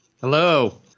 Hello